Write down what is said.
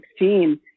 2016